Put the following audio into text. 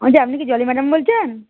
আচ্ছা আপনি কি জলি ম্যাডাম বলছেন